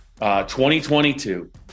2022